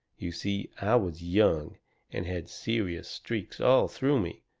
you see, i was young and had serious streaks all through me.